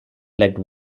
legged